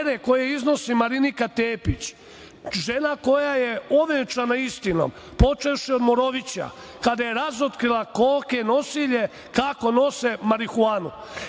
koje iznosi Marinika Tepić, žena koja je ovenčana istinom, počevši od Morovića, kada je razotkrila koke nosilje kako nose marihuanu.